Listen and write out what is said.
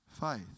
faith